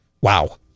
Wow